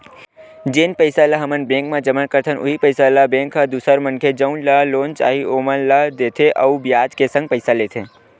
जेन पइसा ल हमन बेंक म जमा करथन उहीं पइसा ल बेंक ह दूसर मनखे जउन ल लोन चाही ओमन ला देथे अउ बियाज के संग पइसा लेथे